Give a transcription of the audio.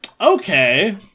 Okay